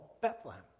Bethlehem